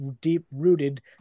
deep-rooted